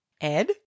Ed